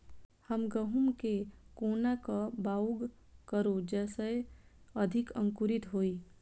हम गहूम केँ कोना कऽ बाउग करू जयस अधिक अंकुरित होइ?